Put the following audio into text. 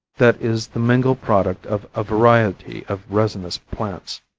that is the mingled product of a variety of resinous plants.